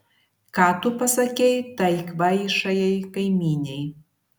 ką tu pasakei tai kvaišajai kaimynei